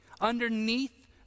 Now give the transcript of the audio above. underneath